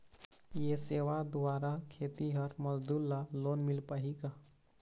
ये सेवा द्वारा खेतीहर मजदूर ला लोन मिल पाही का?